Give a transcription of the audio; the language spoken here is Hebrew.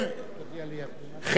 חלק מעם ישראל